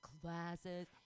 classes